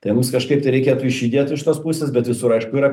tai mums kažkaip tai reikėtų išjutėt iš tos pusės bet visur aišku yra